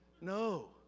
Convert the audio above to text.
No